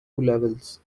levels